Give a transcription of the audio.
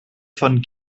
von